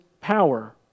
power